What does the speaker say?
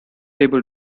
able